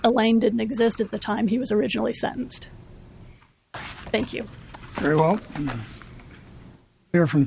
elaine didn't exist at the time he was originally sentenced thank you very well i'm here from